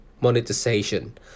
monetization